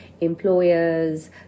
employers